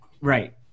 Right